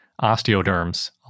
osteoderms